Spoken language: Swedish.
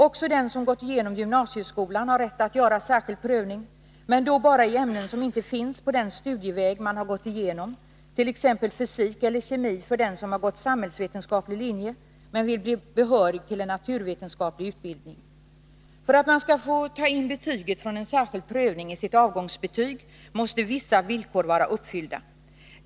Också den som gått igenom gymnasieskolan har rätt att göra särskild prövning, men då bara i ämnen som inte finns på den studieväg man har gått igenom, t.ex. fysik eller kemi för den som har gått samhällsvetenskaplig linje men vill bli behörig till en naturvetenskaplig utbildning. För att man skall få ta in betyget från en särskild prövning i sitt avgångsbetyg måste vissa villkor vara uppfyllda.